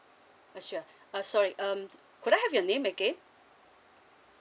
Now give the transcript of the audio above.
uh sure uh sorry um could I have your name again